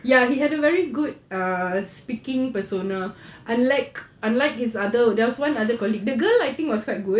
ya he had a very good err speaking persona unlike unlike his other there's one other colleague girl I think was quite good